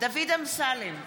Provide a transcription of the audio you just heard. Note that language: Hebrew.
דוד אמסלם,